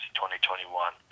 2021